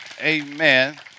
Amen